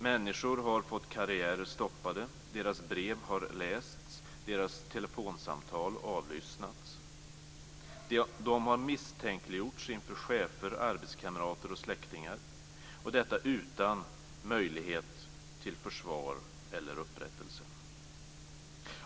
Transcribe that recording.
Människor har fått karriärer stoppade. Deras brev har lästs. Deras telefonsamtal har avlyssnats. De har misstänkliggjorts inför chefer, arbetskamrater och släktingar; detta utan möjlighet till försvar eller upprättelse.